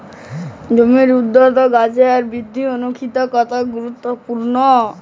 জমির উর্বরতা ও গাছের বৃদ্ধিতে অনুখাদ্য কতখানি গুরুত্বপূর্ণ?